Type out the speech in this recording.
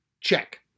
Check